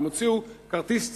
הם הוציאו כרטיס צהוב.